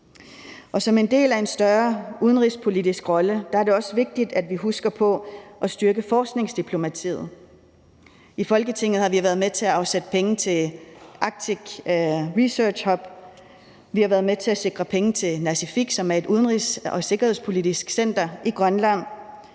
Som en del af en større udenrigspolitisk rolle er det også vigtigt, at vi husker på at styrke forskningsdiplomatiet. I Folketinget har vi været med til at afsætte penge til Arctic research hub. Vi har været med til at sikre penge til Nasiffik, som er et udenrigs- og sikkerhedspolitisk center i Grønland.